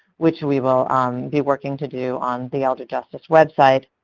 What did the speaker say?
which we will be working to do on the elder justice website,